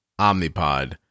Omnipod